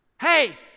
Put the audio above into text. Hey